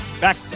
Back